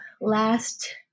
last